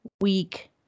week